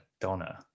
donna